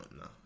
No